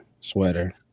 sweater